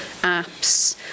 apps